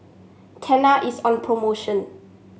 Tena is on promotion